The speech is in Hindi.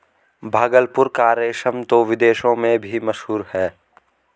भागलपुर का रेशम तो विदेशों में भी मशहूर है